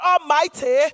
Almighty